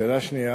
השאלה השנייה?